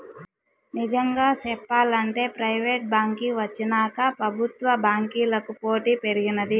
నిజంగా సెప్పాలంటే ప్రైవేటు బాంకీ వచ్చినాక పెబుత్వ బాంకీలకి పోటీ పెరిగినాది